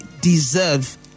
deserve